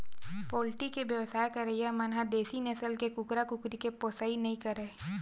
poultry के बेवसाय करइया मन ह देसी नसल के कुकरा, कुकरी के पोसइ नइ करय